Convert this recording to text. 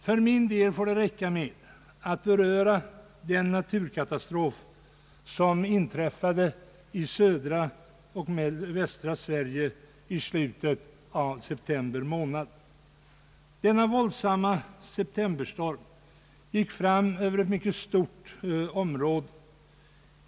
För min del får det räcka med att beröra den naturkatastrof som inträffade i södra och västra Sverige i slutet av september månad. Denna våldsamma septemberstorm gick fram över ett mycket stort område.